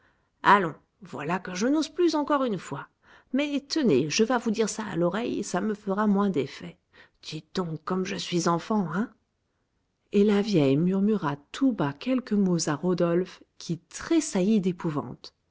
allons voilà que je n'ose plus encore une fois mais tenez je vas vous dire ça à l'oreille ça me fera moins d'effet dites donc comme je suis enfant hein et la vieille murmura tout bas quelques mots à rodolphe qui tressaillit d'épouvante